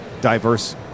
diverse